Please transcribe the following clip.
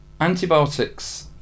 antibiotics